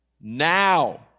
Now